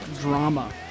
drama